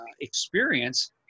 experience